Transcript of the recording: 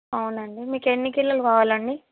అవునండి మీకు ఎన్ని కిలోలు కావాలండి